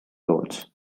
loans